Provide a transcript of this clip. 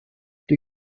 die